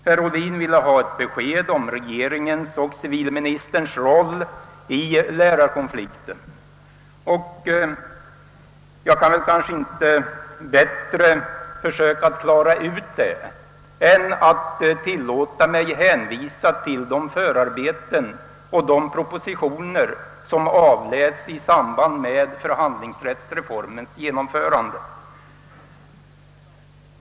Herr Ohlin ville ha ett besked om regeringens och civilministerns roll i lärarkonflikten, Jag kan nog inte klara ut det bättre än genom att tillåta mig hänvisa till de förarbeten och de propositioner som avlämnades i samband med förhandlingsrättsreformens genomförande.